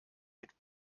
mit